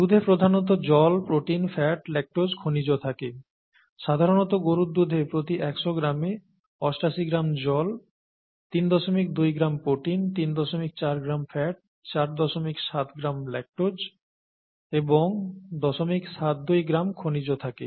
দুধে প্রধানত জল প্রোটিন ফ্যাট লাক্টোজ খনিজ থাকে সাধারণত গরুর দুধে প্রতি 100 গ্রামে 88 গ্রাম জল 32 gram protein 34 gram fat 47 gram lactose এবং 072 গ্রাম খনিজ থাকে